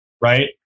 right